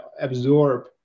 absorb